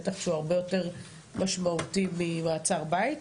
בטח שהוא הרב היותר משמעותי ממעצר בית,